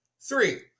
Three